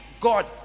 god